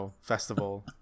festival